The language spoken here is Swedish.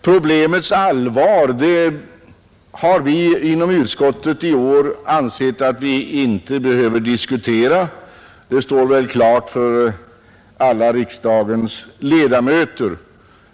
Problemets allvar har vi inom utskottet inte ansett oss behöva diskutera; det står klart för alla riksdagens ledamöter.